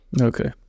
Okay